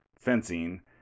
fencing